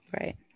Right